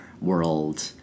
world